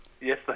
Yes